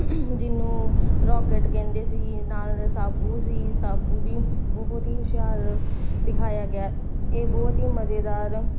ਜਿਹਨੂੰ ਰੌਕਟ ਕਹਿੰਦੇ ਸੀ ਨਾਲ ਸਾਬੂ ਸੀ ਸਾਬੂ ਵੀ ਬਹੁਤ ਹੀ ਹੁਸ਼ਿਆਰ ਦਿਖਾਇਆ ਗਿਆ ਇਹ ਬਹੁਤ ਹੀ ਮਜ਼ੇਦਾਰ